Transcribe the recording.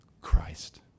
Christ